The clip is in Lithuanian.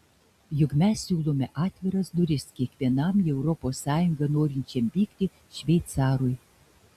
juk mes siūlome atviras duris kiekvienam į europos sąjungą norinčiam vykti šveicarui